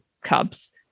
cubs